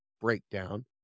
breakdown